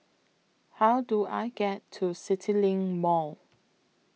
How Do I get to CityLink Mall